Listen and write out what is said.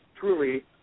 truly